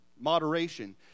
Moderation